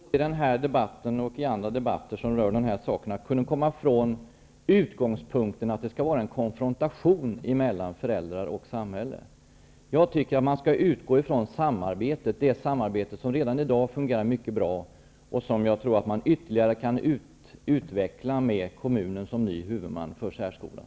Herr talman! Jag tycker att det vore lyckligt om vi både i den här debatten och i andra debatter som rör de här sakerna kunde komma ifrån utgångspunkten att det skall vara en konfrontation mellan föräldrar och samhälle. Jag tycker att man skall utgå från det samarbete som redan i dag fungerar mycket bra och som jag tror att man ytterligare kan utveckla med kommunen som ny huvudman för särskolan.